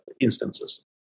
instances